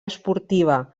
esportiva